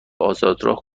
آزادراه